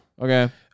Okay